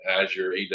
Azure